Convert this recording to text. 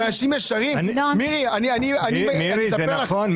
מירי, זה נכון.